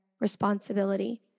responsibility